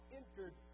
entered